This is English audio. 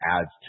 adds